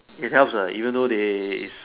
it helps lah even though they